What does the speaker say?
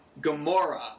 Gamora